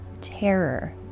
terror